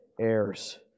heirs